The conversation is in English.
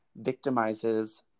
victimizes